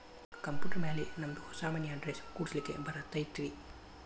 Computer ಮ್ಯಾಲೆ ನಮ್ದು ಹೊಸಾ ಮನಿ ಅಡ್ರೆಸ್ ಕುಡ್ಸ್ಲಿಕ್ಕೆ ಬರತೈತ್ರಿ?